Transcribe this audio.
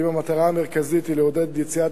האם המטרה המרכזית היא לעודד יציאת